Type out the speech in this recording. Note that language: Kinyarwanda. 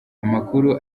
amakuru